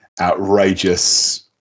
outrageous